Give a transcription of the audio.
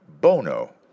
Bono